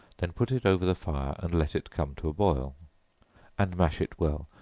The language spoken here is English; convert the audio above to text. then put it over the fire, and let it come to a boil and mash it well,